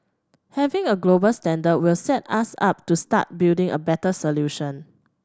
having a global standard will set us up to start building a better solution